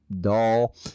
doll